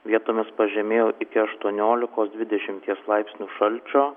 vietomis pažemėjo iki aštuoniolikos dvidešimties laipsnių šalčio